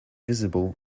visible